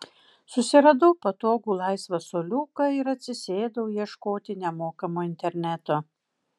susiradau patogų laisvą suoliuką ir atsisėdau ieškoti nemokamo interneto